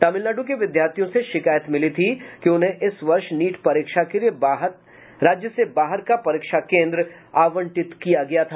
तमिलनाडु के विद्यार्थियों से शिकायत मिली थी कि उन्हें इस वर्ष नीट परीक्षा के लिए राज्य से बाहर का परीक्षा केंद्र आवंटित किया गया था